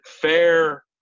fair